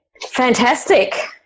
Fantastic